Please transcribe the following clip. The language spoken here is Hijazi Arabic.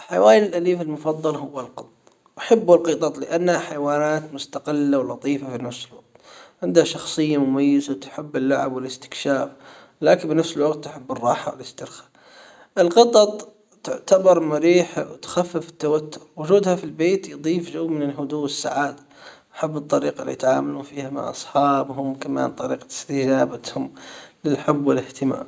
الحيوان الاليف المفضل هو القط احب القطط لانها حيوانات مستقلة ولطيفة في نفس الوقت عندها شخصية مميزة تحب اللعب والاستكشاف لكن بنفس الوقت تحب الراحة والاسترخاء القطط تعتبر مريحة وتخفف التوتر وجودها في البيت يضيف جو من الهدوء والسعادة احب الطريقة اللي يتعاملون فيها مع اصحابهم كمان طريقة استجابتهم للحب والاهتمام.